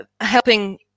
helping